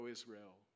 Israel